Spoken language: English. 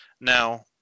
Now